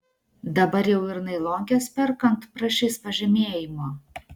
dabar jau ir nailonkes perkant prašys pažymėjimo